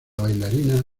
bailarina